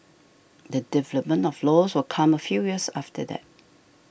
the development of laws will come a few years after that